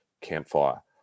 campfire